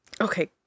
Okay